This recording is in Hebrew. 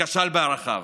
שכשל בערכיו.